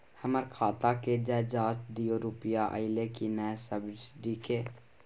हमर खाता के ज जॉंच दियो रुपिया अइलै की नय सब्सिडी के?